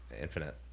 Infinite